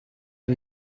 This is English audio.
are